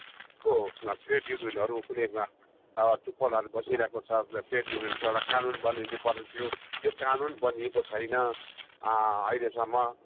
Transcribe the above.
को ट्रेड युनियनहरू कुनैमा चुप्प लगेर बसिरहेको छ त्यो एउटा कानुन बनिनु पर्ने थियो त्यो कानुन बनिएको छैन अहिलेसम्म